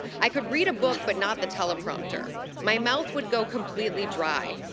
i could read a book but not the teleprompter. my mouth would go completely dry.